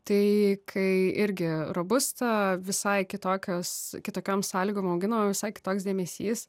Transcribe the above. tai kai irgi robusta visai kitokios kitokiom sąlygom augino visai kitoks dėmesys